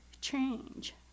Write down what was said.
change